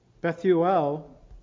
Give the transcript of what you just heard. Bethuel